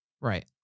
Right